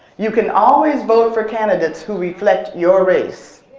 you can always vote for candidates who reflect your race.